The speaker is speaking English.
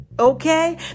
Okay